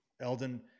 Elden